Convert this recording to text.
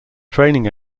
training